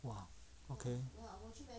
!wah! okay